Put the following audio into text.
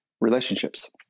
relationships